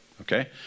Okay